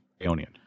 Aeonian